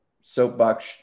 soapbox